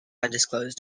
undisclosed